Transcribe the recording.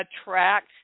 attract